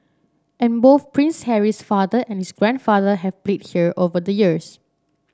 and both Prince Harry's father and his grandfather have played here over the years